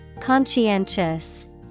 Conscientious